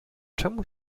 czemu